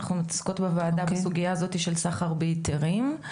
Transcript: אנחנו מתעסקות בוועדה בסוגיה הזו של סחר בהיתרים.